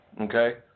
Okay